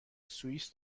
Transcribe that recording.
سوئیس